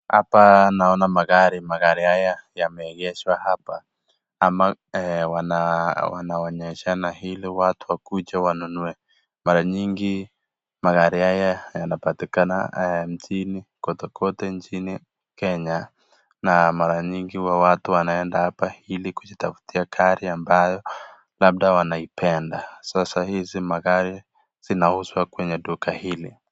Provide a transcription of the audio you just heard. Hapa naona magari. Magari haya yameegeshwa hapa ama wanaonyeshana ili watu wakuje wanunue. Mara nyingi magari haya yanapatikana nchini, kwote kwote nchini Kenya na mara nyingi huwa watu wanaenda hapa ili kujitafutia gari ambayo labda wanaipenda. Sasa hizi magari zinauzwa kwenye duka hili.